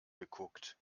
geguckt